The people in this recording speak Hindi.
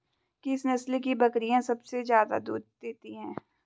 किस नस्ल की बकरीयां सबसे ज्यादा दूध देती हैं?